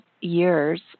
years